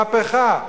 מהפכה.